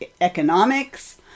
economics